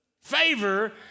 Favor